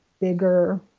bigger